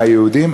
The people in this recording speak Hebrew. מהיהודים,